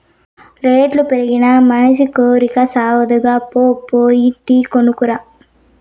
రేట్లు పెరిగినా మనసి కోరికి సావదుగా, పో పోయి టీ కొనుక్కు రా